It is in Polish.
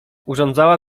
urządzała